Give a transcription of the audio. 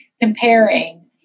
comparing